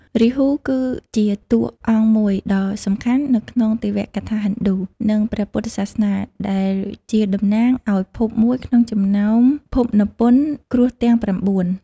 រាហូ គឺជាតួអង្គមួយដ៏សំខាន់នៅក្នុងទេវកថាហិណ្ឌូ និងព្រះពុទ្ធសាសនា ដែលជាតំណាងឱ្យភពមួយក្នុងចំណោមភពនព្វគ្រោះទាំង ៩ ។